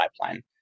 pipeline